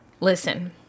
Listen